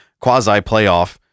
quasi-playoff